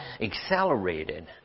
accelerated